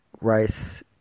rice